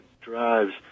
drives